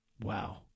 Wow